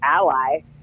ally